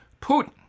Putin